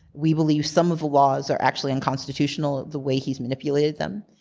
we believe some of the laws are actually unconstitutional, the way he's manipulated them.